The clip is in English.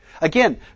Again